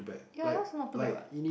ya yours not too bad [what]